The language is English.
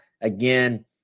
again